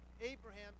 Abraham